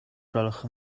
gwelwch